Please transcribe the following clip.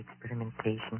experimentation